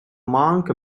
monk